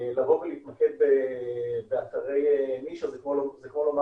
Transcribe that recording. לבוא ולהתמקד באתרי נישה זה כמו לומר